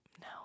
No